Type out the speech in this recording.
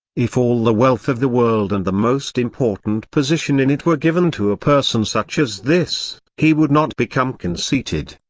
if all the wealth of the world and the most important position in it were given to a person such as this, he would not become conceited,